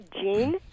Gene